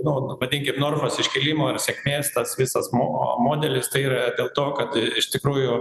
nu vadinkim norfos iškilimo ir sėkmės tas visas mo modelis tai yra dėl to kad iš tikrųjų